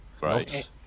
Right